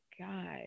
God